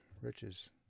riches